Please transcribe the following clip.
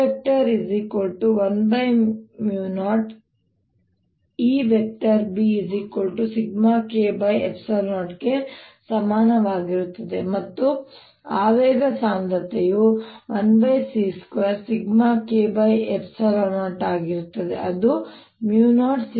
ಆದ್ದರಿಂದ S10EBσK0 ಗೆ ಸಮನಾಗಿರುತ್ತದೆ ಮತ್ತು ಆವೇಗ ಸಾಂದ್ರತೆಯು 1c2σK0 ಆಗಿರುತ್ತದೆ ಅದು 0σK